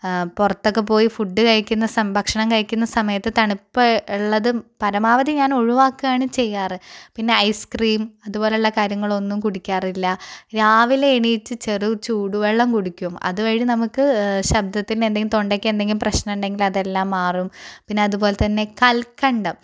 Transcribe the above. പുറത്തൊക്കെ പോയി ഫുഡ് കഴിക്കുന്ന സം ഭക്ഷണം കഴിക്കുന്ന സമയത്ത് തണുപ്പ് ഉള്ളതും പരമാവധി ഞാൻ ഒഴിവാക്കുകയാണ് ചെയ്യാറുള്ളത് പിന്നെ ഐസ്ക്രീം അതു പോലുള്ള കാര്യങ്ങൾ ഒന്നും കുടിക്കാറില്ല രാവിലെ എണീറ്റ് ചെറു ചൂടുവെള്ളം കുടിക്കും അതുവഴി നമുക്ക് ശബ്ദത്തിന് എന്തെങ്കിലും തൊണ്ടയ്ക്ക് എന്തെങ്കിലും പ്രശ്നമുണ്ടെങ്കിൽ അതെല്ലാം മാറും പിന്നെ അതുപോലെ തന്നെ കൽക്കണ്ടം